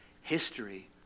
history